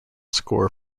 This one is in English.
scorer